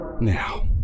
Now